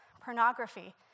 pornography